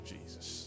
Jesus